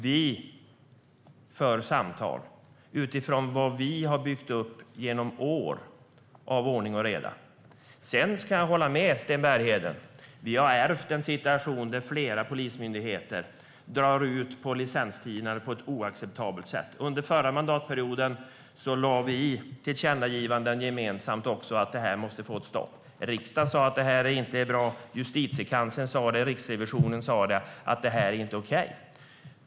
Vi för samtal utifrån vad vi har byggt upp genom år av ordning och reda. Sedan kan jag hålla med Sten Bergheden om att vi har ärvt en situation där flera polismyndigheter drar ut på licenstiderna på ett oacceptabelt sätt. Under förra mandatperioden gjorde vi också gemensamma tillkännagivanden om att det här måste få ett slut. Riksdagen sa att det inte är bra. Justitiekanslern och Riksrevisionen sa att det inte är okej.